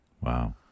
Wow